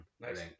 Nice